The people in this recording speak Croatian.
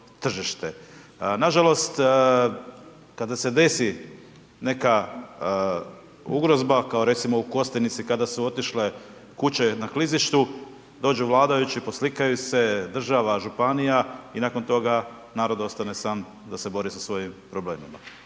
Nažalost, kada se desi neka ugrozba, kao recimo u Kostajnici kada su otišle kuće na klizištu, dođu vladajući, poslikaju se, država, županija i nakon toga narod ostane sam da se bori sa svojim problemima.